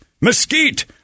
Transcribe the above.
mesquite